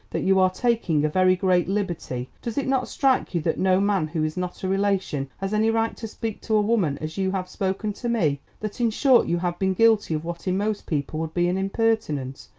that you are taking a very great liberty? does it not strike you that no man who is not a relation has any right to speak to a woman as you have spoken to me that, in short, you have been guilty of what in most people would be an impertinence?